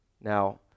Now